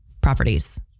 properties